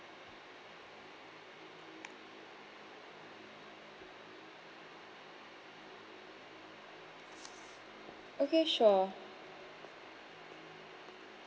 okay sure